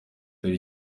dore